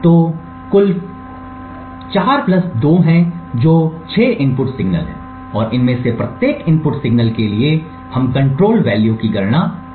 तो कुल 4 प्लस 2 हैं जो 6 इनपुट सिग्नल हैं और इनमें से प्रत्येक इनपुट सिग्नल के लिए हम कंट्रोल वैल्यू की गणना कर सकते हैं